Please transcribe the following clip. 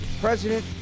president